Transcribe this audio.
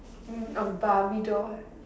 hmm or barbie doll